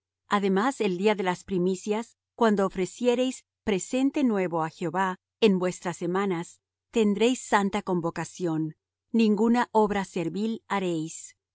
además el día de las primicias cuando ofreciereis presente nuevo á jehová en vuestras semanas tendréis santa convocación ninguna obra servil haréis